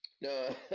No